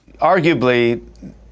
Arguably